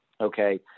Okay